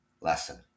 lesson